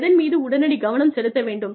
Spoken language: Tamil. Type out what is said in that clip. எதன் மீது உடனடி கவனம் செலுத்த வேண்டும்